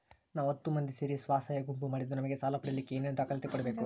ನಾವು ಹತ್ತು ಮಂದಿ ಸೇರಿ ಸ್ವಸಹಾಯ ಗುಂಪು ಮಾಡಿದ್ದೂ ನಮಗೆ ಸಾಲ ಪಡೇಲಿಕ್ಕ ಏನೇನು ದಾಖಲಾತಿ ಕೊಡ್ಬೇಕು?